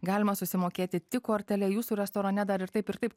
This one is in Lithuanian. galima susimokėti tik kortele jūsų restorane dar ir taip ir taip